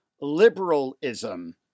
liberalism